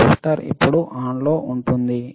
transistor ఇప్పుడు ON లో ఉంటుంది